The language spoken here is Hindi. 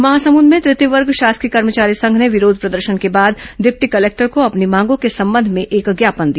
महासमुंद में तृतीय वर्ग शासकीय कर्मचारी संघ ने विरोध प्रदर्शन के बाद डिप्टी कलेक्टर को अपनी मांगों के संबंध में एक ज्ञापन दिया